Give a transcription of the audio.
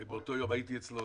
הרי באותו יום הייתי אצלו,